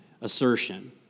Assertion